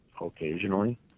occasionally